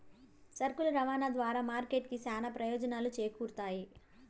సరుకుల రవాణా ద్వారా మార్కెట్ కి చానా ప్రయోజనాలు చేకూరుతాయి